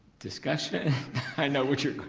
discussion i know what you're